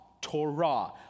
Torah